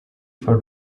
for